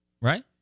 right